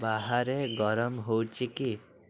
ବାହାରେ ଗରମ ହେଉଛି କି